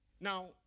Now